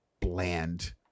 bland